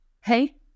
Hey